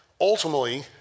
ultimately